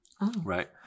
right